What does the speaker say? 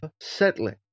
settling